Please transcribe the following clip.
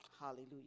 Hallelujah